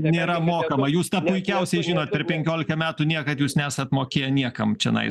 nėra mokama jūs tą puikiausiai žinot per penkiolika metų niekad jūs nesat mokėję niekam čianai